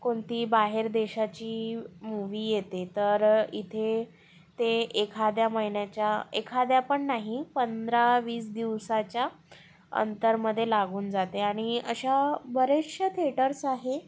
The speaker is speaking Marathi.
कोणती बाहेर देशाची मूवी येते तर इथे ते एखाद्या महिन्याच्या एखाद्यापण नाही पंधरा वीस दिवसाच्या अंतरमध्ये लागून जाते आणि अशा बऱ्याचशा थेटर्स आहे